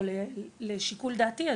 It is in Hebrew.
או לשיקול דעתי,